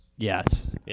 Yes